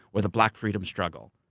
or the black freedom struggle,